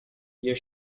you